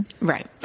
Right